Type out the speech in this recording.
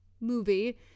movie